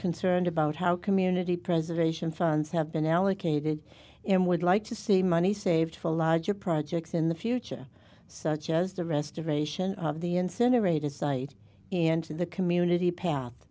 concerned about how community preservation funds have been allocated and would like to see money saved for larger projects in the future such as the restoration of the incinerators site and the community path